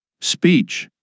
Speech